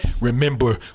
remember